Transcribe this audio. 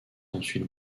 ensuite